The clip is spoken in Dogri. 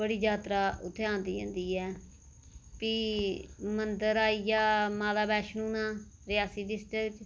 बड़ी जात्तरा उत्थै आंदी होंदी ऐ भी मंदर आइया माता वैष्णो देवी दा रियासी डिस्ट्रिक्ट च